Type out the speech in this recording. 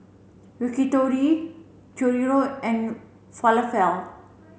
Yakitori Chorizo and Falafel